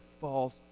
false